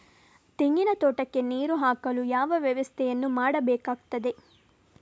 ತೆಂಗಿನ ತೋಟಕ್ಕೆ ನೀರು ಹಾಕಲು ಯಾವ ವ್ಯವಸ್ಥೆಯನ್ನು ಮಾಡಬೇಕಾಗ್ತದೆ?